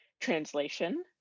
translation